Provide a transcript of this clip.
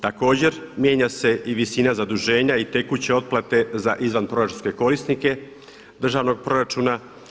Također mijenja se i visina zaduženja i tekuće otplate za izvanproračunske korisnike državnog proračuna.